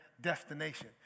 destination